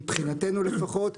מבחינתנו לפחות,